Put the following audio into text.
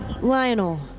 lionel.